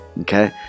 Okay